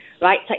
right